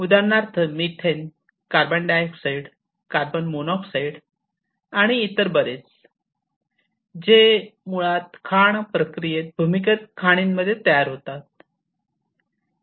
उदाहरणार्थ methane carbon dioxide carbon monoxide आणि इतर बरेच जे मुळात खाण प्रक्रियेत भूमिगत खाणींमध्ये तयार होतात